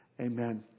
Amen